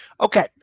Okay